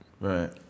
Right